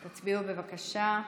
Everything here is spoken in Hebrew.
תצביעו, בבקשה.